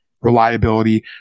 reliability